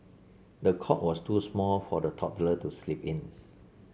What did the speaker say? the cot was too small for the toddler to sleep in